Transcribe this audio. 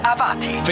Avati